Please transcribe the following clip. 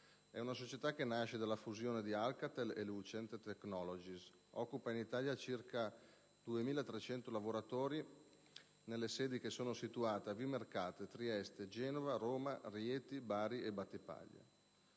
telecomunicazioni. Nasce dalla fusione di Alcatel e Lucent Technologies. Occupa in Italia circa 2.300 lavoratori nelle proprie sedi situate a Vimercate, Trieste, Genova, Roma, Rieti, Bari e Battipaglia.